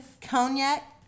Cognac